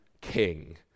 king